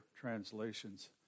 translations